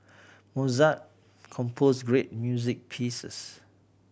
Mozart composed great music pieces